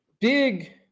big